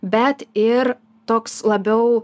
bet ir toks labiau